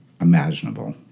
imaginable